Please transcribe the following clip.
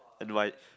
n_y